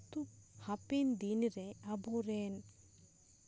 ᱠᱤᱱᱛᱩ ᱦᱟᱯᱮᱱ ᱫᱤᱱ ᱨᱮᱱ ᱟᱵᱚ ᱨᱮᱱ